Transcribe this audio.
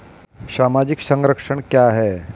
सामाजिक संरक्षण क्या है?